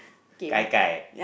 gai-gai